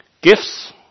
gifts